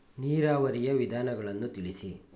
ನೀರಾವರಿಯ ವಿಧಾನಗಳನ್ನು ತಿಳಿಸಿ?